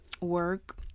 Work